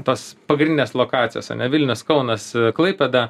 tos pagrindinės lokacijos ane vilnius kaunas klaipėda